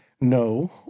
no